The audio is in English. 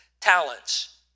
talents